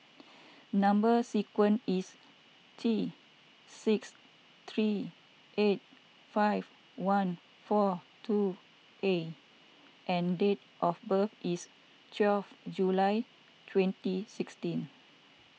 Number Sequence is T six three eight five one four two A and date of birth is twelve July twenty sixteen